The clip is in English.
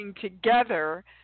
together